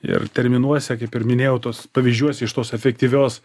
ir terminuose kaip ir minėjau tuos pavyzdžiuose iš tos efektyvios